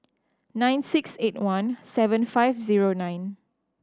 nine six eight one seven five zero nine